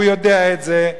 והוא יודע את זה,